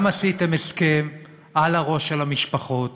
גם עשיתם הסכם על הראש של המשפחות,